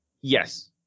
Yes